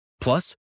Plus